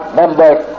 members